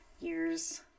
years